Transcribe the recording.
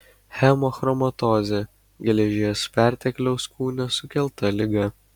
hemochromatozė geležies pertekliaus kūne sukelta liga